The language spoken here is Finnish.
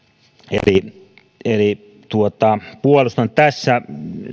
eli eli puolustan tässä